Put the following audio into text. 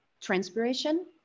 transpiration